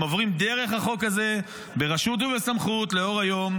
הם עוברים דרך החוק הזה לאור היום,